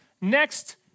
next